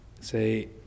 say